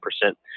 percent